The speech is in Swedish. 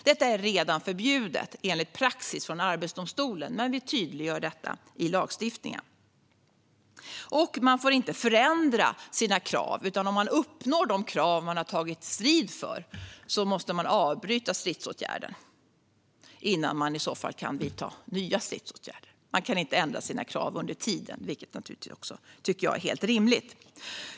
Detta är redan förbjudet enligt praxis från Arbetsdomstolen, men vi tydliggör detta i lagstiftningen. Man får inte förändra sina krav. Om man uppnår de krav som man har tagit strid för måste man avbryta stridsåtgärden innan man kan vidta nya stridsåtgärder. Man kan inte ändra sina krav under tiden, vilket jag tycker är helt rimligt.